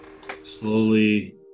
slowly